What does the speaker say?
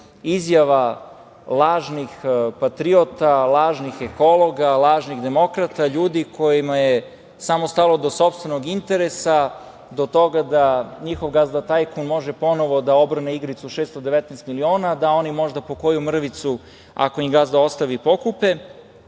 izjava, lažnih patriota, lažnih ekologa, lažnih demokrata, ljudi kojima je samo stalo do sopstvenog interesa, do toga da njihov gazda tajkun može ponovo da obrne igricu 619 miliona, da oni možda po koju mrvicu, ako ima gazda ostavi, pokupe,